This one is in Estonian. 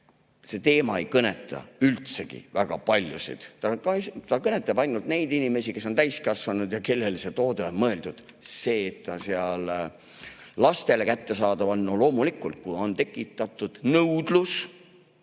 See teema ei kõneta üldse väga paljusid. Ta kõnetab ainult neid inimesi, kes on täiskasvanud ja kellele see toode on mõeldud. See, et ta lastele kättesaadav on – no loomulikult, kui on tekitatud nõudlus,